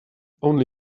only